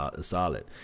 solid